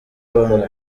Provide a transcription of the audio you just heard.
abantu